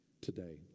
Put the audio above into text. today